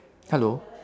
hello